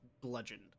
bludgeoned